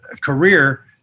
career